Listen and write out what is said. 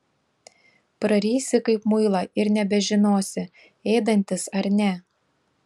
prarysi kaip muilą ir nebežinosi ėdantis ar ne